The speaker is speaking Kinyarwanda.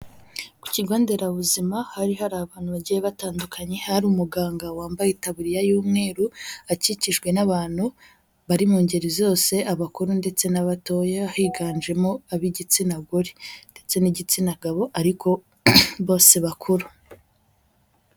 Ku kigo nderabuzima hari hari abantu bagiye batandukanye, hari umuganga wambaye itaburiya y'umweru, akikijwe n'abantu bari mu ngeri zose, abakuru, ndetse n'abatoya, higanjemo ab'igitsina gore, ndetse n'igitsina gabo, ariko bose bakuru.